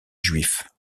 juif